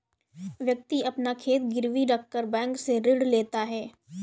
व्यक्ति अपना खेत गिरवी रखकर बैंक से ऋण लेता है